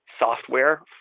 software